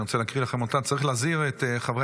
אני רוצה להקריא לכם אותה: צריך להזהיר את חברי